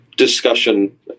discussion